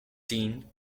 tin